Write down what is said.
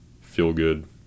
feel-good